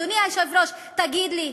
אדוני היושב-ראש, תגיד לי,